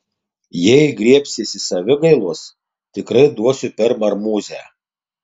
jei griebsiesi savigailos tikrai duosiu per marmūzę